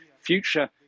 future